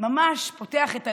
ממש פותח את הלב.